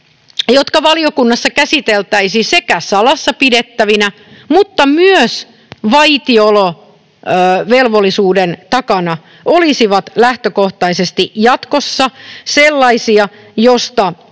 jotka valiokunnassa käsiteltäisiin sekä salassa pidettävinä että myös vaitiolovelvollisuuden takana, olisivat lähtökohtaisesti jatkossa sellaisia,